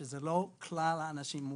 שזה לא כלל האנשים עם מוגבלות.